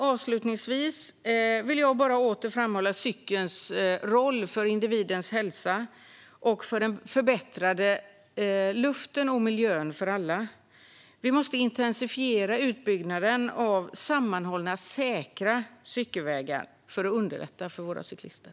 Avslutningsvis vill jag åter framhålla cykelns roll för individens hälsa samt för den förbättrade luften och miljön för alla. Vi måste intensifiera utbyggnaden av sammanhållna säkra vägar för att underlätta för cyklisterna.